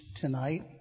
tonight